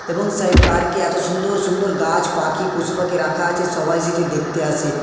এবং সেই পার্কে এত সুন্দর সুন্দর গাছ পাকি পশু পাখি রাখা আছে সবাই সেটি দেখতে আসে